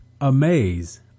amaze